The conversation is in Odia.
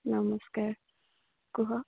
ନମସ୍କାର କୁହ